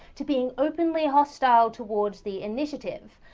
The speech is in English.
to being openly hostile towards the initiative.